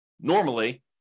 normally